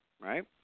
right